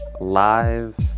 Live